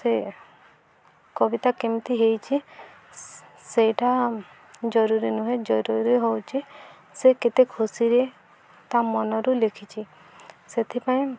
ସେ କବିତା କେମିତି ହେଇଛି ସେଇଟା ଜରୁରୀ ନୁହେଁ ଜରୁରୀ ହେଉଛି ସେ କେତେ ଖୁସିରେ ତା ମନରୁ ଲେଖିଛି ସେଥିପାଇଁ